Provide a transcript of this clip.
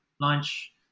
lunch